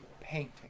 painting